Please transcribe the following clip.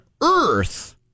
Earth